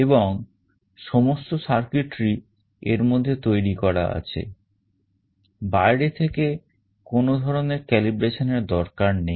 এবং সমস্ত circuitry এর মধ্যে তৈরি করা আছে বাইরের থেকে কোন ধরনের calibration এর দরকার নেই